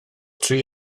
tri